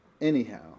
Anyhow